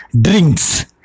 drinks